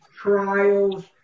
trials